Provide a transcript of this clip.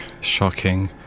shocking